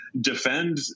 defend